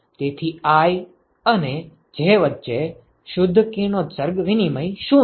તેથી i અને j વચ્ચે શુદ્ધ કિરણોત્સર્ગ વિનિમય શું છે